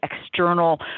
external